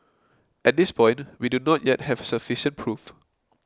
at this point we do not yet have sufficient proof